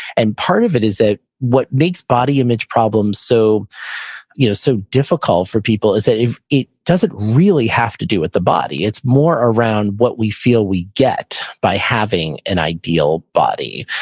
and part of it is that what makes body image problems so you know so difficult for people is that it it doesn't really have to do with the body, it's more around what we feel we get by having an ideal buddy.